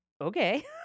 okay